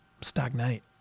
stagnate